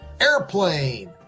Airplane